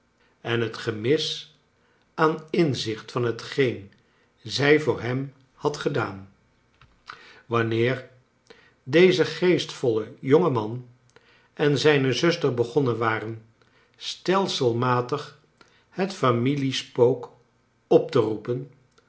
en het gemis aan inzicht van hctgeen zij voor hem had gedaan wanneer deze geestvolle jonge man en zijne zuster begonnen waren stelselmatig het familiespook op to roepen